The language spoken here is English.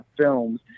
films